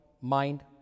mind